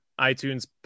iTunes